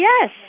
Yes